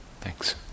Thanks